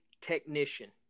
technician